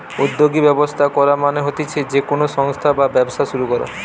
উদ্যোগী ব্যবস্থা করা মানে হতিছে যে কোনো সংস্থা বা ব্যবসা শুরু করা